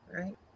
right